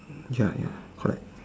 ya ya correct